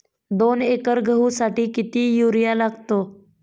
दोन एकर गहूसाठी किती युरिया लागतो?